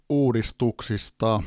uudistuksista